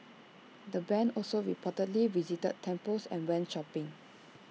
the Band also reportedly visited temples and went shopping